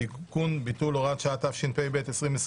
(תיקון - ביטול הוראת שעה), התשפ"ב-2021,